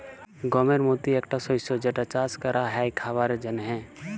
গমের মতি একটা শস্য যেটা চাস ক্যরা হ্যয় খাবারের জন্হে